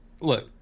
look